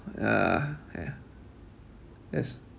yeah yeah yes